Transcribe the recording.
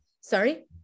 sorry